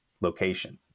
location